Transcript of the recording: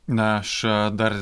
aš dar